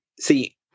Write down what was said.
See